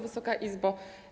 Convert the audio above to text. Wysoka Izbo!